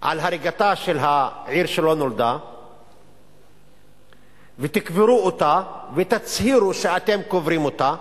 על הריגתה של העיר שלא נולדה ותקברו אותה ותצהירו שאתם קוברים אותה,